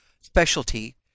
specialty